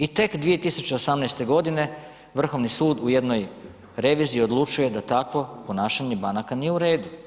I tek 2018. godine Vrhovni sud u jednoj reviziji odlučio je da takvo ponašanje banaka nije u redu.